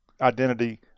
identity